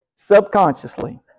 subconsciously